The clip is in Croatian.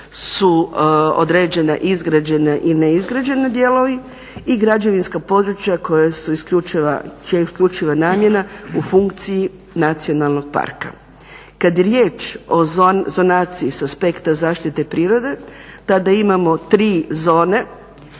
su određene izgrađeni i neizgrađeni dijelovi i građevinska područja čija je isključiva namjena u funkciji nacionalnog parka. Kada je riječ o zonaciji sa aspekta zaštite prirode tada imamo tri zone